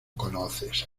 conoces